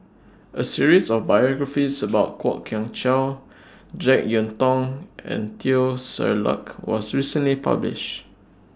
A series of biographies about Kwok Kian Chow Jek Yeun Thong and Teo Ser Luck was recently published